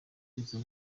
izo